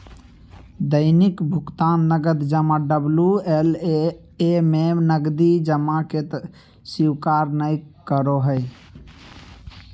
दैनिक भुकतान नकद जमा डबल्यू.एल.ए में नकदी जमा के स्वीकार नय करो हइ